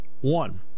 One